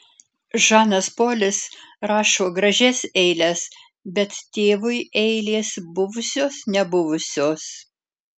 žanas polis rašo gražias eiles bet tėvui eilės buvusios nebuvusios